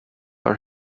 are